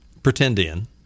Pretendian